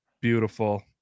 Beautiful